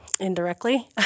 indirectly